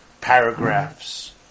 paragraphs